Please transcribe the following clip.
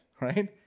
Right